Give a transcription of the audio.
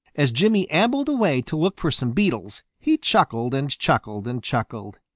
as jimmy ambled away to look for some beetles, he chuckled and chuckled and chuckled.